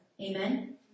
Amen